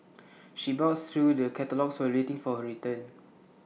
she browsed through the catalogues while waiting for her turn